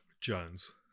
Jones